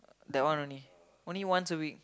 that one only only once a week